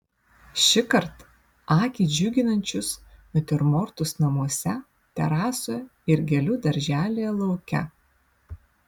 šįkart akį džiuginančius natiurmortus namuose terasoje ir gėlių darželyje lauke